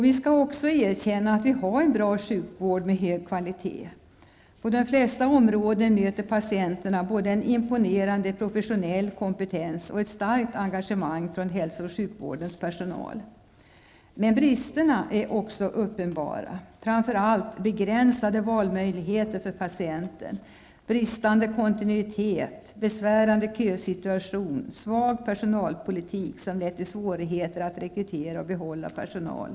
Vi skall också erkänna att vi har en sjukvård med hög kvalitet. På de flesta områden möter patienterna både en imponerande professionell kompetens och ett starkt engagemang från hälsooch sjukvårdens personal. Men bristerna är också uppenbara -- begränsade valmöjligheter för patienten, bristande kontinuitet, besvärande kösituation och en svag personalpolitik som lett till svårigheter att rekrytera och behålla personal.